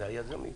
אלה היזמים.